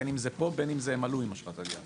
בין אם זה פה ובין אם הם עלו עם אשרת עלייה.